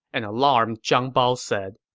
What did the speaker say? an alarmed zhang bao said.